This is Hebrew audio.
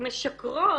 משקרות,